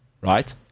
right